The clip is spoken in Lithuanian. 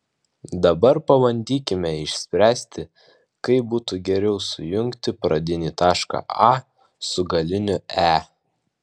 dabar pabandykime išspręsti kaip būtų geriau sujungti pradinį tašką a su galiniu e